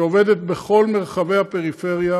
שעובדת בכל מרחבי הפריפריה.